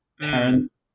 parents